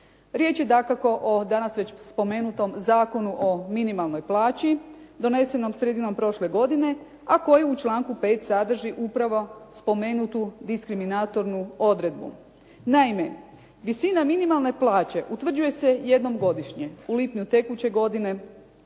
Riječ je dakako o danas već spomenutom Zakonu o minimalnoj plaći, donesenom sredinom prošle godine, a koji u članku 5. sadrži upravo spomenutu diskriminatornu odredbu. Naime, visina minimalne plaće utvrđuje se jednom godišnje u lipnju tekuće godine